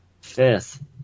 Fifth